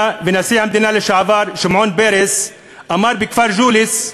ונשיא המדינה לשעבר שמעון פרס בכפר ג'וליס: